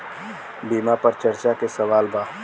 बीमा पर चर्चा के सवाल बा?